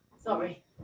Sorry